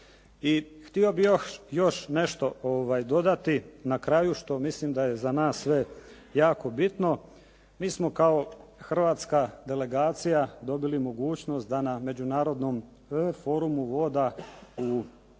još, još nešto dodati na kraju što mislim da je za nas sve jako bitno. Mi smo kao hrvatska delegacija dobili mogućnost da na međunarodnom forumu voda u Turskoj